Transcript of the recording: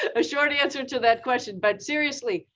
a short answer to that question, but seriously.